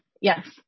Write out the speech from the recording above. Yes